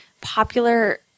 popular